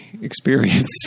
experience